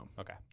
Okay